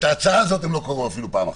את ההצעה הזאת הם לא קראו אפילו פעם אחת.